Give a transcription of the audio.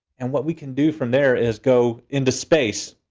and what we can do from there is go into space,